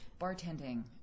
bartending